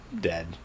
dead